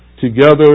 together